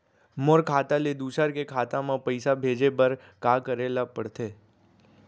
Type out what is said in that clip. मोर खाता ले दूसर के खाता म पइसा भेजे बर का करेल पढ़थे?